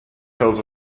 hills